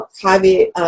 private